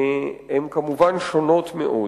הן, כמובן, שונות מאוד.